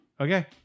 okay